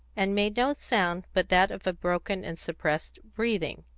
and made no sound but that of a broken and suppressed breathing.